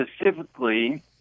specifically